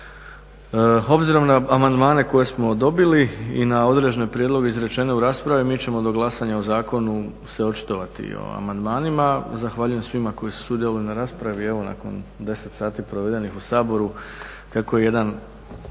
Obzirom na amandmane koje smo dobili i na određene prijedloge izrečene u raspravi mi ćemo do glasanja o zakonu se očitovati o amandmanima. Zahvaljujem svima koji su sudjelovali na raspravi. Evo nakon 10 sati provedenih u Saboru kako je jedan